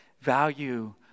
Value